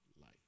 life